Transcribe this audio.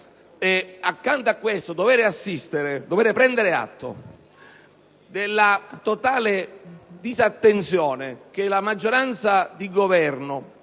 Accanto a ciò, si deve prendere atto della totale disattenzione che la maggioranza di Governo